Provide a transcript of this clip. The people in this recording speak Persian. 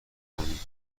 میکنید